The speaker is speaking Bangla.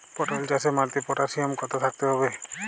পটল চাষে মাটিতে পটাশিয়াম কত থাকতে হবে?